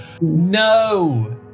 No